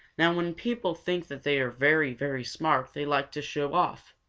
now when people think that they are very, very smart, they like to show off.